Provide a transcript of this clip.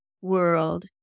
world